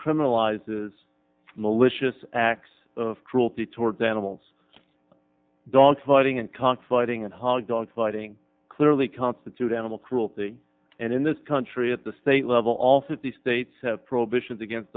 criminalizes malicious acts of cruelty towards animals dogfighting and confidence and hog dog fighting clearly constitute animal cruelty and in this country at the state level also at the states have prohibitions against